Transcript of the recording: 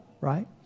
right